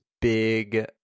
big